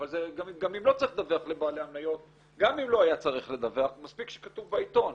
אבל גם אם לא צריך לדווח לבעלי המניות מספיק שכתוב בעיתון.